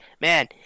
Man